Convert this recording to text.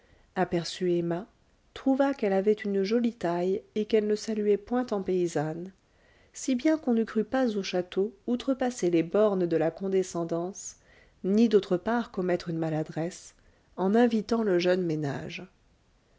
aperçut emma trouva qu'elle avait une jolie taille et qu'elle ne saluait point en paysanne si bien qu'on ne crut pas au château outrepasser les bornes de la condescendance ni d'autre part commettre une maladresse en invitant le jeune ménage